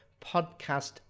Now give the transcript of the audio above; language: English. podcast